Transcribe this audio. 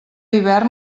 hivern